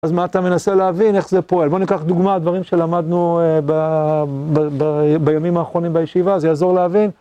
אז מה אתה מנסה להבין? איך זה פועל? בוא ניקח דוגמה, דברים שלמדנו בימים האחרונים בישיבה, זה יעזור להבין.